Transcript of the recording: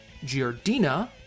Giardina